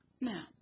Now